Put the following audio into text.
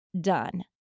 done